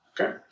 Okay